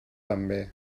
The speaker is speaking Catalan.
també